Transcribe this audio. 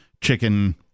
chicken